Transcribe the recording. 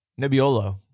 Nebbiolo